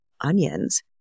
onions